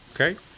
okay